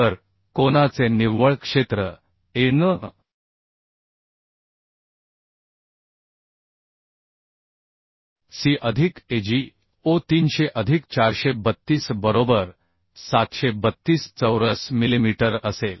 तर कोनाचे निव्वळ क्षेत्र a n c अधिक a g o 300 अधिक 432 बरोबर 732 चौरस मिलिमीटर असेल